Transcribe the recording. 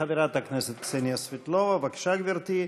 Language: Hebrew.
חברת הכנסת קסניה סבטלובה, בבקשה, גברתי.